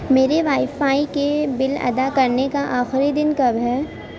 میرے wifi کے bill ادا کرنے کا آخری دن کب ہے